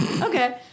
Okay